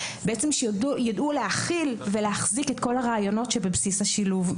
שידעו להכיל ולהחזיק את כל הרעיונות שבבסיס השילוב.